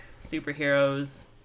superheroes